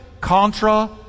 contra